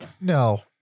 no